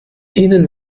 ihnen